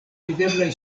videblaj